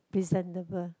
presentable